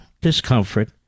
discomfort